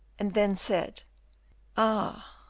and then said ah!